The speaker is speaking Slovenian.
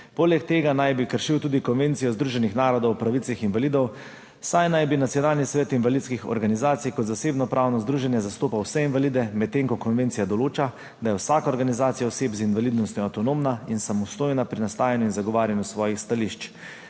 Poleg tega naj bi kršil tudi Konvencijo Združenih narodov o pravicah invalidov, saj naj bi Nacionalni svet invalidskih organizacij kot zasebno pravno združenje zastopal vse invalide, medtem ko konvencija določa, da je vsaka organizacija oseb z invalidnostjo avtonomna in samostojna pri nastajanju in zagovarjanju svojih stališč.